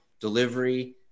delivery